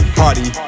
party